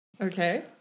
Okay